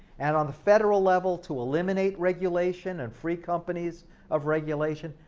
and on the federal level to eliminate regulation and free companies of regulation,